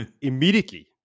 immediately